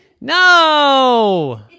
No